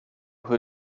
who